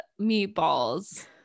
meatballs